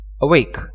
awake